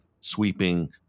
sweeping